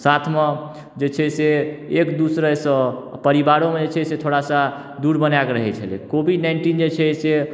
साथमे जे छै से एक दोसरासँ परिवारोमे जे छै थोड़ा सा दूर बनाकऽ रखने रहै छलै कोविड नाइन्टीन जे छै से